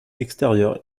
extérieure